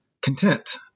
content